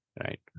Right